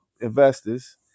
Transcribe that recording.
investors